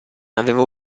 avevo